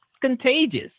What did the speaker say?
contagious